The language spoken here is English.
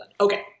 Okay